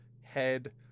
head